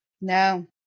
No